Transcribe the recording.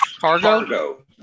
Cargo